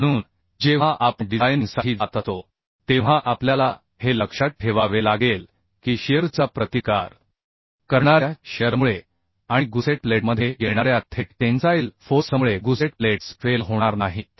म्हणून जेव्हा आपण डिझायनिंगसाठी जात असतो तेव्हा आपल्याला हे लक्षात ठेवावे लागेल की शिअरचा प्रतिकार करणाऱ्या शिअरमुळे आणि गुसेट प्लेटमध्ये येणाऱ्या थेट टेन्साइल फोर्समुळे गुसेट प्लेट्स फेल होणार नाहीत